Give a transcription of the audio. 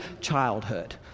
childhood